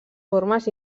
formes